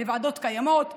לוועדות קיימות,